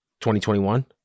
2021